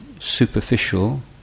superficial